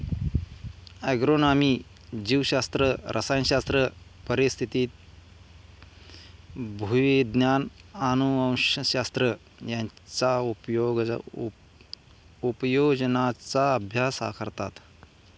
agronomy जीवशास्त्र, रसायनशास्त्र, पारिस्थितिकी, भूविज्ञान, अनुवंशशास्त्र यांच्या उपयोजनांचा अभ्यास करतात